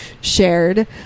shared